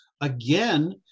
again